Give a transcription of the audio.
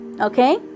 Okay